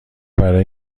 برای